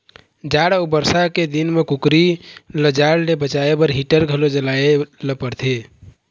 जाड़ अउ बरसा के दिन म कुकरी ल जाड़ ले बचाए बर हीटर घलो जलाए ल परथे